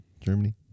Germany